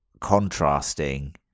contrasting